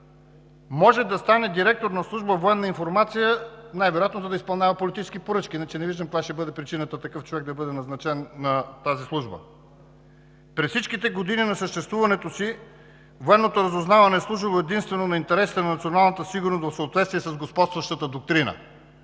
може да стане директор на служба „Военна информация“, най-вероятно, за да изпълнява политически поръчки? Иначе не виждам каква ще бъде причината такъв човек да бъде назначен на тази служба. През всичките години на съществуването си военното разузнаване е служило единствено на интересите на националната сигурност в съответствие с господстващата доктрина.